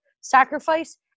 sacrifice